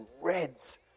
reds